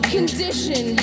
condition